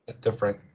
different